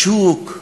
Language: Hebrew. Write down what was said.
שוק,